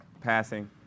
passing